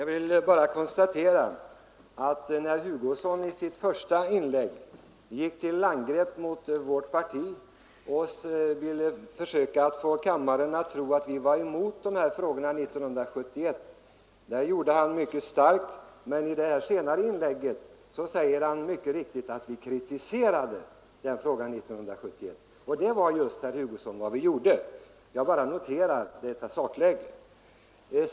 Herr talman! I sitt första inlägg gick herr Hugosson till angrepp mot vårt parti och ville få kammaren att tro att vi var emot en lösning av dessa frågor 1971. Men i det senaste inlägget säger han mycket riktigt att vi 1971 kritiserade förhållandena. Det var just vad vi gjorde, herr Hugosson. Jag bara noterar detta sakläge.